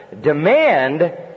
demand